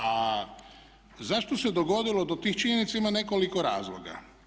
A zašto se dogodilo, do tih činjenica ima nekoliko razloga.